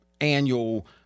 annual